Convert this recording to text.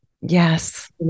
Yes